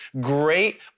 great